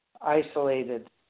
isolated